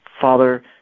Father